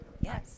yes